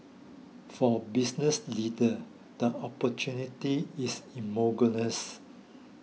for business leaders the opportunity is